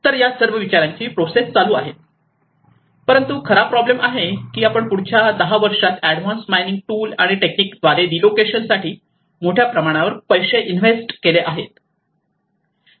तर या सर्व विचारांची प्रोसेस चालू आहे परंतु खरा प्रॉब्लेम आहे की आपण पुढच्या 10 वर्षात advance mining tool and technique द्वारे रीलोकेशन साठी मोठ्या प्रमाणावर पैसे इन्व्हेस्ट केले आहे